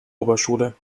oberschule